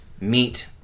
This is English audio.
meet